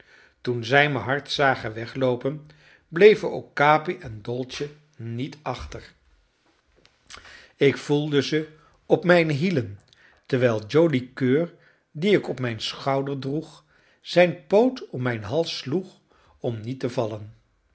toen zij me hard zagen wegloopen bleven ook capi en dolce niet achter ik voelde ze op mijne hielen terwijl joli coeur dien ik op mijn schouder droeg zijn poot om mijn hals sloeg om niet te vallen